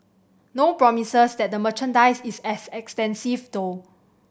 no promises that the merchandise is as extensive though